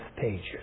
pages